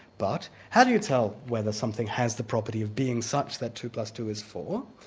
but how do you tell whether something has the property of being such that two plus two is four?